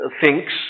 thinks